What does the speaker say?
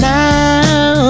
now